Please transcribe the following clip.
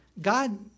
God